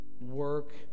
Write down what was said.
work